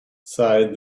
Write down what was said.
sighed